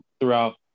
throughout